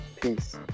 Peace